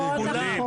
לא נכון.